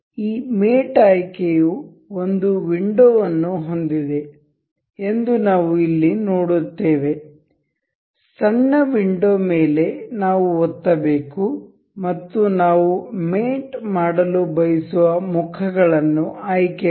ಈ ಮೇಟ್ ಆಯ್ಕೆಯು ಒಂದು ವಿಂಡೋ ವನ್ನು ಹೊಂದಿದೆ ಎಂದು ನಾವು ಇಲ್ಲಿ ನೋಡುತ್ತೇವೆ ಸಣ್ಣ ವಿಂಡೋ ಮೇಲೆ ನಾವು ಒತ್ತಬೇಕು ಮತ್ತು ನಾವು ಮೇಟ್ ಮಾಡಲು ಬಯಸುವ ಮುಖಗಳನ್ನು ಆಯ್ಕೆ ಮಾಡಿ